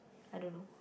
I don't know